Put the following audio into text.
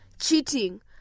cheating